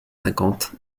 cinquante